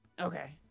Okay